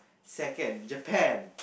second Japan